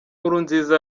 nkurunziza